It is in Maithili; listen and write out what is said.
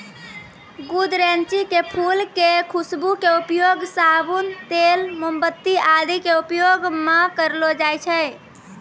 गुदरैंची के फूल के खुशबू के उपयोग साबुन, तेल, मोमबत्ती आदि के उपयोग मं करलो जाय छै